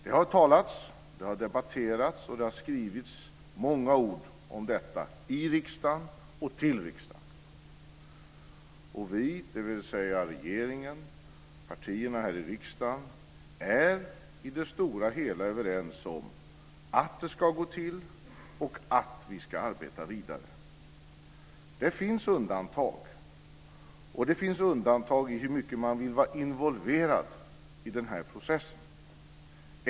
Det har talats, debatterats och skrivits många ord om detta i riksdagen och till riksdagen. Vi, dvs. regeringen och partierna här i riksdagen, är i det stora hela överens om att det ska gå och att vi ska arbeta vidare. Det finns undantag, och det finns undantag när det gäller hur mycket man vill vara involverad i den här processen.